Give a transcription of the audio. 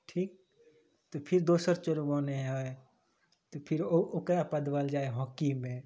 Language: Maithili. ठीक तऽ फेर दोसर चोर बने हय तऽ फेर ओकरा पद्वल जाए हय हॉकी मे